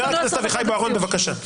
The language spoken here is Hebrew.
חבר הכנסת אביחי בוארון, בבקשה.